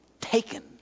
taken